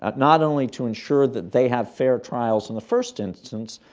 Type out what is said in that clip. ah not only to ensure that they have fair trials in the first instance,